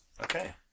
Okay